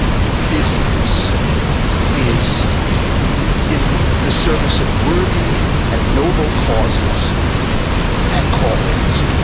busyness is in the service of worthy and noble causes and callings,